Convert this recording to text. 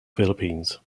philippines